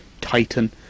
Titan